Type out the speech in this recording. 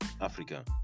Africa